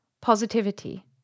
positivity